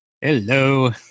Hello